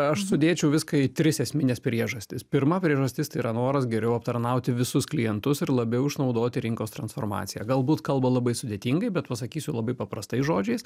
aš sudėčiau viską į tris esmines priežastis pirma priežastis tai yra noras geriau aptarnauti visus klientus ir labiau išnaudoti rinkos transformaciją galbūt kalbu labai sudėtingai bet pasakysiu labai paprastais žodžiais